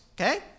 Okay